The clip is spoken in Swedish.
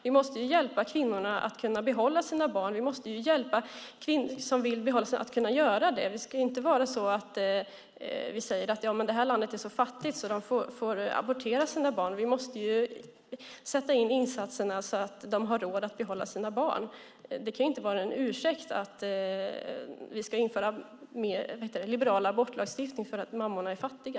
Vi måste hjälpa kvinnorna att behålla sina barn. Vi måste hjälpa de kvinnor som vill behålla sina barn så att de kan göra det. Vi ska inte säga: Det här landet är så fattigt så där får de abortera sina barn! Vi måste sätta in insatserna så att de har råd att behålla sina barn. Det kan inte vara en ursäkt för att vi ska införa en liberal abortlagstiftning att mammorna är fattiga.